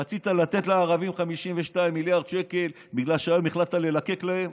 רצית לתת לערבים 52 מיליארד שקל בגלל שהיום החלטת ללקק להם